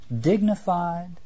dignified